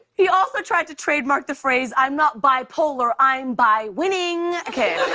he also tried to trademark the phrase i'm not bipolar. i'm bi-winning. okay.